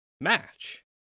match